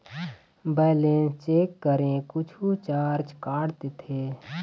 Balance check करें कुछू charge काट देथे?